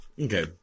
Okay